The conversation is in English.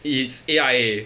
it is A_I_A